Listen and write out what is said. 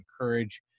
encourage